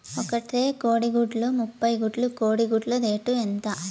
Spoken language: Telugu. ఒక ట్రే కోడిగుడ్లు ముప్పై గుడ్లు కోడి గుడ్ల రేటు ఎంత?